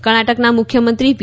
કર્ણાટકના મુખ્યમંત્રી વી